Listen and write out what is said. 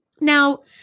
Now